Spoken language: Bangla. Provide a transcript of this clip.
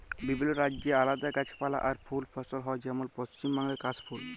বিভিল্য রাজ্যে আলাদা গাছপালা আর ফুল ফসল হ্যয় যেমল পশ্চিম বাংলায় কাশ ফুল